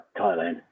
Thailand